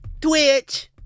Twitch